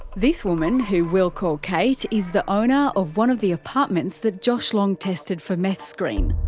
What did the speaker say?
this woman, who we'll call kate, is the owner of one of the apartments that josh long tested for meth screen.